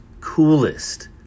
coolest